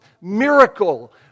miracle